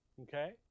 Okay